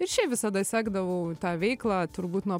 ir šiaip visada sekdavau tą veiklą turbūt nuo